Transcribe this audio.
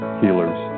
healers